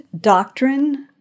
doctrine